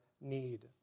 need